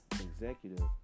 executive